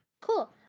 cool